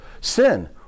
sin